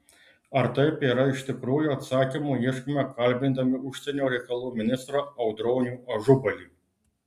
ar taip ir yra iš tikrųjų atsakymų ieškome kalbindami užsienio reikalų ministrą audronių ažubalį